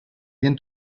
bien